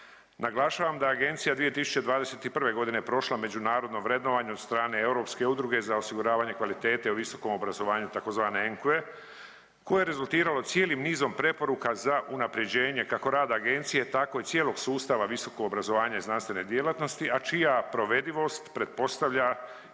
Naglašavam da agencija 2021.g. je prošla međunarodno vrednovanje od strane Europske udruge za osiguravanje kvalitete u visokom obrazovanju tzv. ENQA-e koje je rezultiralo cijelim nizom preporuka za unaprjeđenje kako rada agencije tako i cijelog sustava visokog obrazovanja i znanstvene djelatnosti, a čija provedivost pretpostavlja i